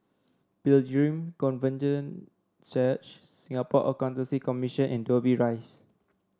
Pilgrim Church Singapore Accountancy Commission and Dobbie Rise